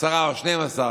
עשרה או 12,